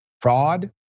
fraud